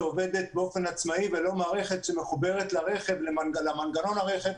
שעובדת באופן עצמאי ולא מערכת שמחוברת למנגנון הרכב,